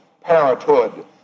parenthood